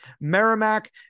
Merrimack